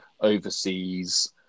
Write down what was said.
overseas